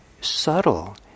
subtle